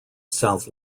south